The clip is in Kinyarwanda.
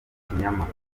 kinyamakuru